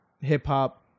hip-hop